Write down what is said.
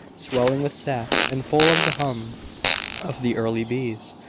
swelling with sap, and full of the hum of the early bees,